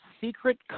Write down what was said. secret